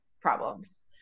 problems